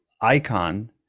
icon